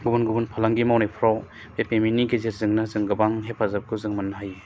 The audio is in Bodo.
गुबुन गुबुन फालांगि मावनायफ्राव बे पेमेन्टनि गेजेरजोंनो जों गोबां हेफाजाबखौ जों मोन्नो हायो